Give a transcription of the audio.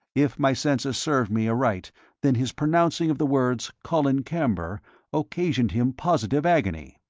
if my senses served me aright then his pronouncing of the words colin camber occasioned him positive agony.